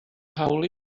hawl